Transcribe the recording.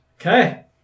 Okay